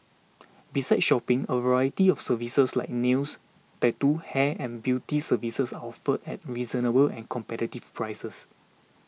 besides shopping a variety of services like nails tattoo hair and beauty services are offered at reasonable and competitive prices